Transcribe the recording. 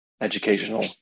educational